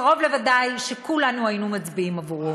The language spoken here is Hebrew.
קרוב לוודאי שכולנו היינו מצביעים עבורו.